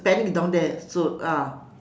panic down there so ah